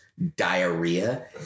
diarrhea